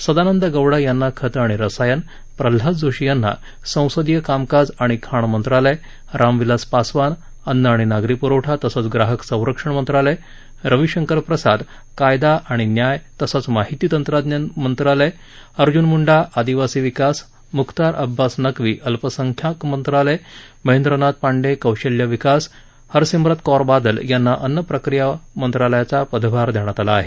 सदानंद गौडा यांना खतं आणि रसायन प्रल्हाद जोशी यांना संसदीय कामकाज आणि खाण मंत्रालय रामविलास पासवान अन्न आणि नागरी प्रवठा तसंच ग्राहक संरक्षण मंत्रालय रविशंकर प्रसाद कायदा आणि न्याय तसंच माहिती तंत्रज्ञान मंत्रालय अर्ज्न मूंडा आदिवासी विकास मुख्तार अब्बास नक्वी अल्पसंख्याक मंत्रालय महेंद्रनाथ पांडे कौशल्य विकास हरसिमरत कौर बादल यांना अन्नप्रक्रिया उद्योग मंत्रालयाचा पदभार देण्यात आला आहे